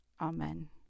Amen